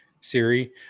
Siri